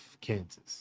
kansas